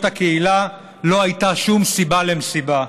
הקהילה לא הייתה שום סיבה למסיבה.